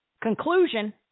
conclusion